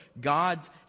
God's